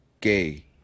gay